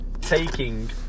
Taking